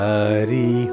Hari